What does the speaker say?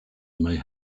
may